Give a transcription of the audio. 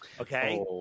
Okay